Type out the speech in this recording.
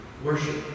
Worship